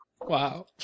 Wow